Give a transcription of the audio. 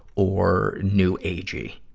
or new agey.